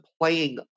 playing